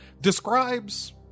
describes